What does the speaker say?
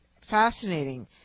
fascinating